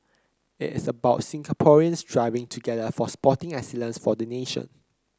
it is about Singaporeans striving together for sporting excellence for the nation